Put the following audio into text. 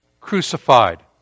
Crucified